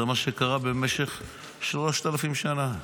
זה מה שקרה במשך שלושת אלפים שנה,